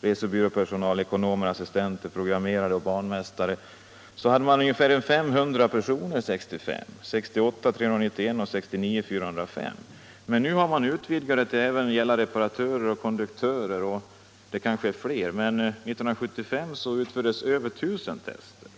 resebyråpersonal, ekonomer, assistenter, programmerare och banmästare. 1965 testades ungefär 500 personer, 1968 testades 391 och 1969 testades 405. Nu har en utvidgning skett, så att testningen omfattar även reparatörer, konduktörer och kanske fler kategorier. 1975 utfördes över 1 000 tester.